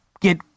get